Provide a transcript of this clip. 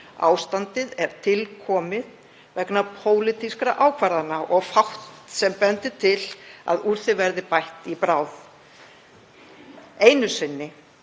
Ástandið er til komið vegna pólitískra ákvarðana og fátt sem bendir til að úr því verði bætt í bráð. Einu sinni